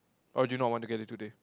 or do you not want to get it today